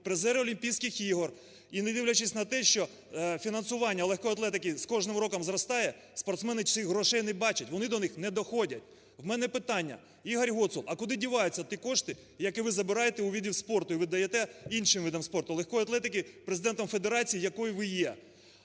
призери олімпійських ігор. І не дивлячись на те, що фінансування легкої атлетики з кожним роком зростає, спортсмени цих грошей не бачать, вони до них не доходять. У мене питання. Ігор Гоцул, а куди діваються ті кошти, які ви забираєте у видів спорту і віддаєте іншим видам спорту – легкої атлетики – президентом федерації якої ви є?